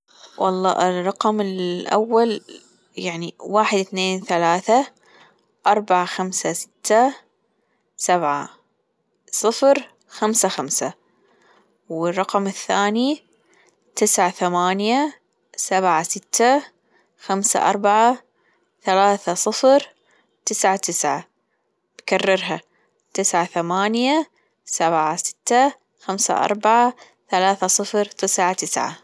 والله الرقم الأول يعني واحد اثنين ثلاثة أربعة خمسة ستة سبعة صفر خمسة خمسة والرقم الثاني تسعة ثمانية سبعة ستة خمسة أربعة ثلاثة صفر تسعة تسعة كررها تسعة ثمانية سبعة ستة خمسة أربعة ثلاثة صفر تسعة تسعة.